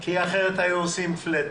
כי אחרת היו עושים פלאט